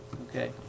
Okay